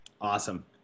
awesome